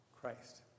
Christ